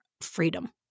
freedom